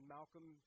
Malcolm